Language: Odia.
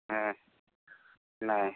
ହଁ ନାଇଁ